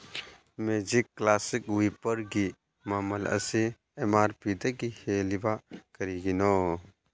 magic classic ꯋꯤꯄꯔꯒꯤ ꯃꯃꯜ ꯑꯁꯤ ꯑꯦꯝ ꯃꯥꯔ ꯄꯤꯗꯒꯤ ꯍꯦꯜꯂꯤꯕ ꯀꯔꯤꯒꯤꯅꯣ